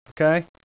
okay